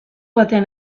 batean